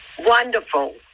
wonderful